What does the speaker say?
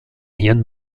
jan